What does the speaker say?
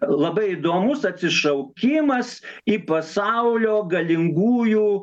labai įdomus atsišaukimas į pasaulio galingųjų